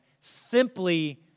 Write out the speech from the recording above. simply